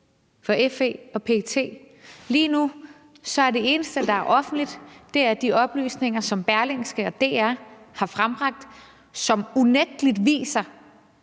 for FE og PET? Lige nu er det eneste, der er offentligt, de oplysninger, som Berlingske og DR har frembragt, og som unægtelig viser,